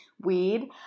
weed